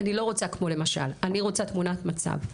אני לא רוצה כמו למשל, אני רוצה תמונת מצב.